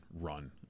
run